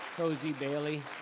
cozy bailey.